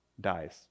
dies